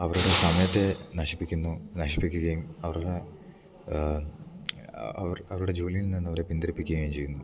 അവരുടെ സമയത്തെ നശിപ്പിക്കുന്നു നശിപ്പിക്കുകയും അവരുടെ അവർ അവരുടെ ജോലിയിൽ നിന്ന് അവരെ പിന്തിരിപ്പിക്കുകയും ചെയ്യുന്നു